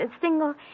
single